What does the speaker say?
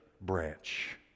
branch